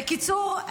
בקיצור,